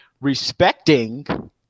respecting